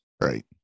right